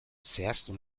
zehaztu